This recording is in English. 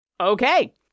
Okay